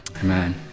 Amen